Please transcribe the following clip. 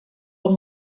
amb